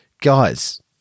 guys